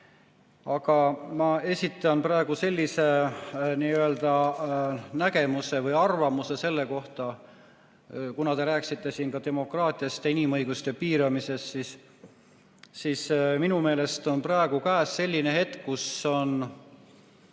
Aga ma esitan praegu sellise nägemuse või arvamuse selle kohta. Kuna te rääkisite siin ka demokraatiast ja inimõiguste piiramisest, siis minu meelest on praegu käes selline hetk,